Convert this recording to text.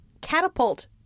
catapult